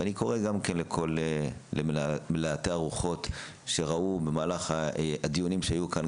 ואני קורא --- ארוחות שראו במהלך הדיונים שהיו כאן,